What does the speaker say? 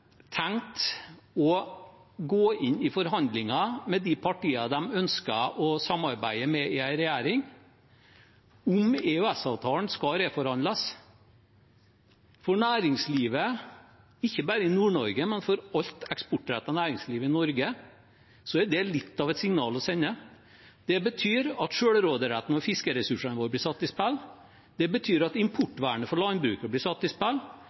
tenkt å gå inn i forhandlinger med de partiene de ønsker å samarbeide med i en regjering, om at EØS-avtalen skal reforhandles? For næringslivet – ikke bare i Nord-Norge, men for alt eksportrettet næringsliv i Norge – er det litt av et signal å sende. Det betyr at selvråderetten over fiskeressursene våre blir satt i spill. Det betyr at importvernet for landbruket blir satt i spill.